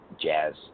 jazz